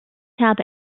habe